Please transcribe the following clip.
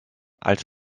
als